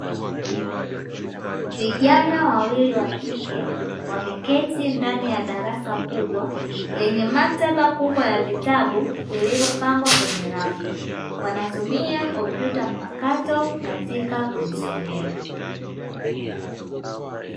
Vijana wawili wa kike wameketi ndani ya darasa kubwa lenye maktaba kubwa ya vitabu vilivopangwa kwenye rafu, wanatumia kompyuta mpakato katika kujisomea.